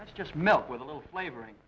that's just milk with a little flavoring